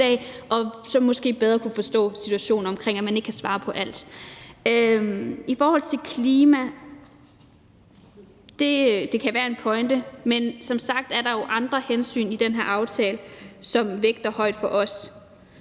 og så måske bedre vil kunne forstå situationen omkring, at man ikke kan svare på alt. I forhold til klima kan det være en pointe, men som sagt er der jo andre hensyn i den her aftale, som vi vægter højt.